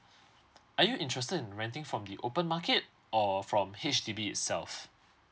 are you interested in renting from the open market or from H_D_B itself